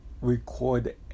record